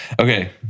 Okay